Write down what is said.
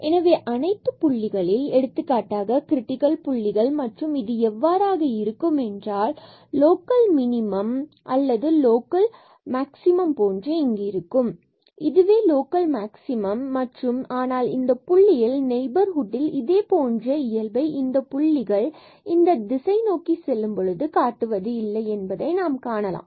எனவே அனைத்து புள்ளிகளில் எடுத்துக்காட்டாக கிரிட்டிக்கல் புள்ளிகள் மற்றும் இது எவ்வாறாக இருக்கும் என்றால் லோக்கல் மினிமம் போன்றது அல்லது லோக்கல் மினிமம் போன்று மேலும் லோக்கல் மேக்சிமம் இங்கு இருக்கும் இதுவே லோக்கல் மேக்ஸிமம்local maximum மற்றும் ஆனால் இந்த புள்ளியில் நெய்பர்ஹுட்டில் இதேபோன்ற நிலையை இயல்பை இந்த புள்ளிகள் இந்த திசை நோக்கி செல்லும் பொழுது காட்டுவது இல்லை என்பதை நாம் காணலாம்